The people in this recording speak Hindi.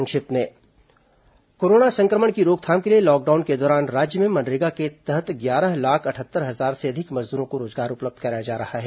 संक्षिप्त समाचार कोरोना संक्रमण की रोकथाम के लिए लॉकडाउन के दौरान राज्य में मनरेगा के तहत ग्यारह लाख अटहत्तर हजार से अधिक मजदूरों को रोजगार उपलब्ध कराया जा रहा है